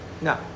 No